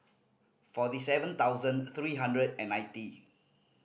forty seven thousand three hundred and ninety